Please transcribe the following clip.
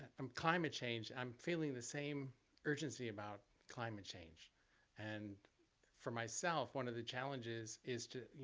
um climate change, i'm feeling the same urgency about climate change and for myself, one of the challenges is to,